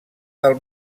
del